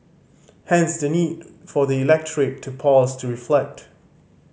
hence the need for the electorate to pause to reflect